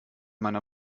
meiner